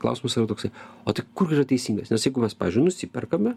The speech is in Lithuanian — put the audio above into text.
klausimas yra toksai o tai kur yra teisingas nes jeigu mes pavyzdžiui nusiperkame